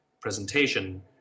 presentation